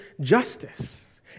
justice